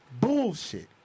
bullshit